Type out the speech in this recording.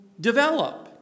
develop